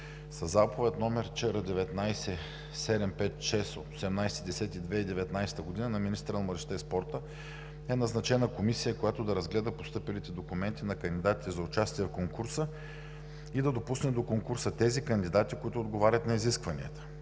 Със Заповед № ЧР 19-756/18.10.2019 г. на министъра на младежта и спорта е назначена комисия, която да разгледа постъпилите документи на кандидатите за участие в конкурса и да допусне до конкурса тези кандидати, които отговарят на изискванията.